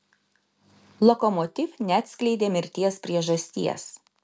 lokomotiv neatskleidė mirties priežasties